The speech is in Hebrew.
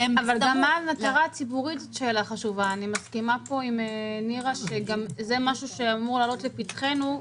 אני מסכימה עם נירה שזה משהו שאמור לבוא לפתחנו,